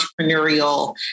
entrepreneurial